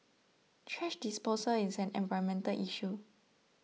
thrash disposal is an environmental issue